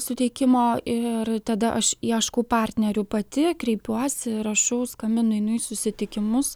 suteikimo ir tada aš ieškau partnerių pati kreipiuosi rašau skambinu einu į susitikimus